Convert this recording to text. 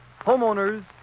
Homeowners